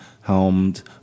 helmed